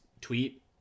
tweet